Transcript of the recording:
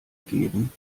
geben